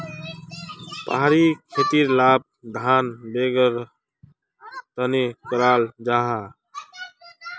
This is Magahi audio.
पहाड़ी खेतीर लाभ धान वागैरहर तने कराल जाहा